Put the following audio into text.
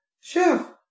chef